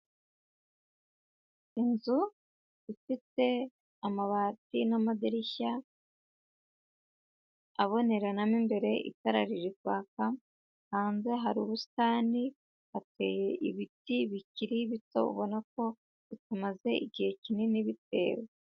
Inzu ifite amabati n'amadirishya abonerana mo imbere itara ririkwaka, hanze hari ubusitani hateye ibiti bikiri bito ubona bitamaze igihe kinini bitewe.